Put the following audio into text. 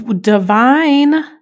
Divine